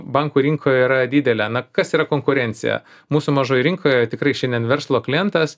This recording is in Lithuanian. bankų rinkoje yra didelė na kas yra konkurencija mūsų mažoj rinkoje tikrai šiandien verslo klientas